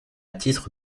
titre